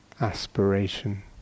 aspiration